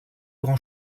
grand